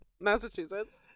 Massachusetts